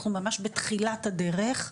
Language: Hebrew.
ואנחנו ממש בתחילת הדרך.